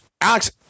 alex